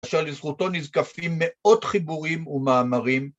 ‫אשר לזכותו נזקפים ‫מאות חיבורים ומאמרים.